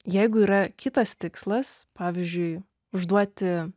jeigu yra kitas tikslas pavyzdžiui užduoti